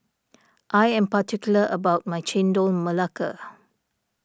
I am particular about my Chendol Melaka